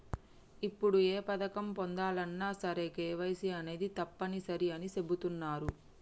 ఇప్పుడు ఏ పథకం పొందాలన్నా సరే కేవైసీ అనేది తప్పనిసరి అని చెబుతున్నరు